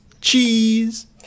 Cheese